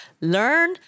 learn